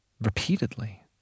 repeatedly